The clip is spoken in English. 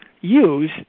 use